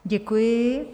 Děkuji.